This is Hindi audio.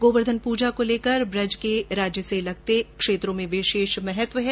गोवर्धन पूजा को लेकर बूज के राज्य से लगते क्षेत्रों में विशेष महत्व है